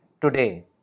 today